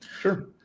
Sure